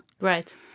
Right